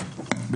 אחרים.